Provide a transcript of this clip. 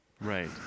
right